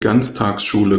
ganztagsschule